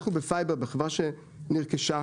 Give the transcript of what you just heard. אנחנו בפייבר, בחברה שנרכשה,